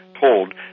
told